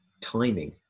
timing